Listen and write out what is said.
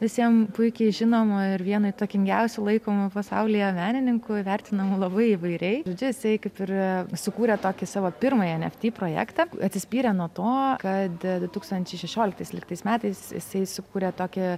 visiems puikiai žinomo ir vienu įtakingiausiu laikomu pasaulyje menininku vertinamu labai įvairiai žodžiu jisai kaip ir sukūrė tokį savo pirmąjį en ef tį projektą atsispyrė nuo to kad du tūkstančiai šešioliktais lyg tais metais jaisai sukūrė tokį